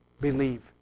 believe